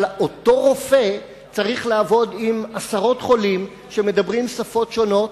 אבל אותו רופא צריך לעבוד עם עשרות חולים שמדברים שפות שונות.